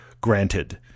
Granted